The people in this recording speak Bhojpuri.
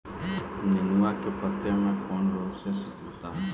नेनुआ के पत्ते कौने रोग से सिकुड़ता?